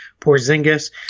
porzingis